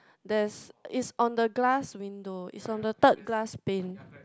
there's is on the glass window is on the third glass pane